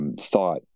thought